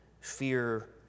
fear